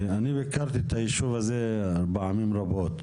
אני ביקרתי ביישוב הזה פעמים רבות,